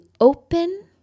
open